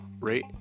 rate